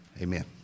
amen